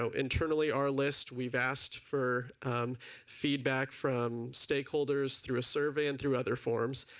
so internally our list. we've asked for feedback from stakeholders through a survey and through other forums.